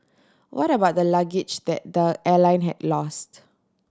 what about the luggage that the airline had lost